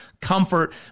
comfort